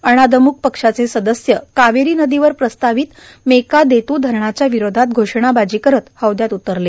अण्णाद्रमुक पक्षाचे सदस्य कावेरी नदीवर प्रस्तावित मेकादेत् धरणाच्या विरोधात घोषणाबाजी करत हौदयात उतरले